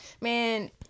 man